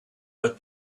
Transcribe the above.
but